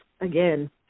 again